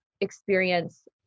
experience